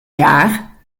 jaar